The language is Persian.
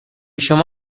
شما